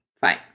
fine